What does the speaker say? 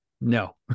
No